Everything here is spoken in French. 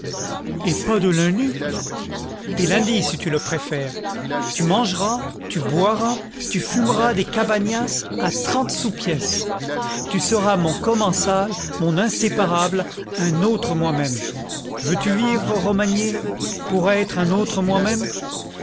et pas de lundis de lundis si tu le préfères tu mangeras tu boiras tu fumeras des cabanas à trente sous pièce tu seras mon commensal mon inséparable un autre moi-même veux-tu vivre romagné pour être un autre moi-même